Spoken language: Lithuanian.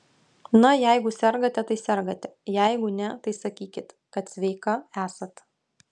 na jeigu sergate tai sergate jeigu ne tai sakykit kad sveika esat